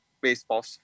baseball